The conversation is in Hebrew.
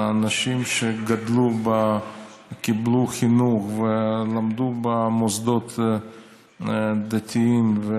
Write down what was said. נשים שקיבלו חינוך ולמדו במוסדות דתיים.